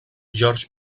george